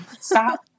stop